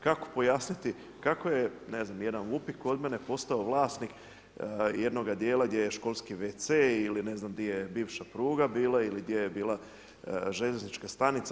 Kako pojasniti, kako je ne znam jedan VUPIK kod mene postao vlasnik jednoga dijela gdje je školski wc ili ne znam di je bivša pruga bila ili gdje je bila željeznička stanica.